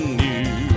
new